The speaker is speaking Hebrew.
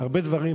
והרבה דברים,